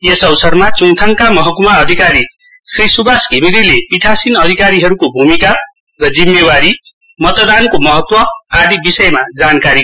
यसअवसरमा च्ङथाङका महक्मा अधिकारी श्री सुभास घिमिरेले पिठासिन अधिकारीहरूको भूमिका र जिम्मेवारी मतदानको महत्त्व आदि विषयमा जानकारी गराउन् भएको थियो